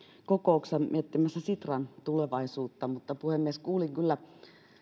kokouksessa miettimässä sitran tulevaisuutta mutta puhemies kuulin kyllä